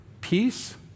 Peace